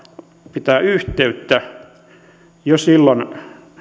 pitää yhteyttä